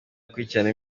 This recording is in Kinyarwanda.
gukurikirana